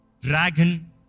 dragon